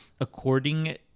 according